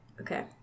Okay